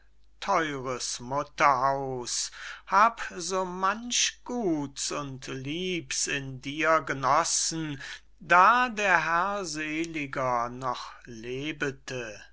wohl theures mutterhaus hab so manch guts und liebs in dir genossen da der herr seeliger noch lebete